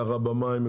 ככה במים,